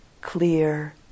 clear